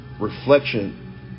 Reflection